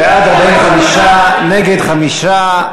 בעד, 45, נגד, 5,